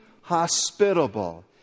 hospitable